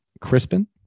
Crispin